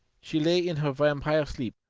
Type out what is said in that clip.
she lay in her vampire sleep,